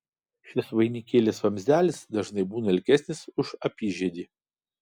šis vainikėlis vamzdelis dažnai būna ilgesnis už apyžiedį